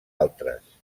altres